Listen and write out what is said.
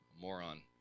moron